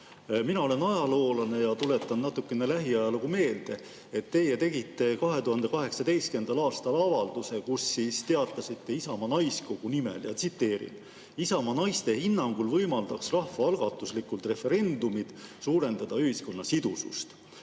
Mina olen ajaloolane ja tuletan natukene lähiajalugu meelde. Teie tegite 2018. aastal avalduse, kus teatasite Isamaa naiskogu nimel, et Isamaa naiste hinnangul võimaldaks rahvaalgatuslikud referendumid suurendada ühiskonna sidusust.